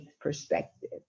perspective